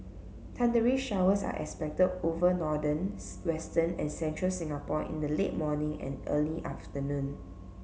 thundery showers are expected over northerns western and central Singapore in the late morning and early afternoon